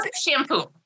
shampoo